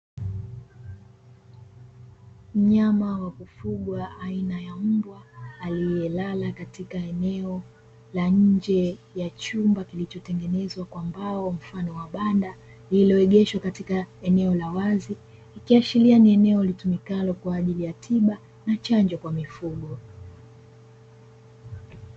Mnyama wa kufungwa aina ya mbwa aliyelala katika eneo la nje ya chumba kilichotengenezwa kwa mbao mfano wa banda, lililoegeshwa katika eneo la wazi; ikiashiria ni eneo litumikalo kwa ajili ya tiba na chanjo kwa mifugo.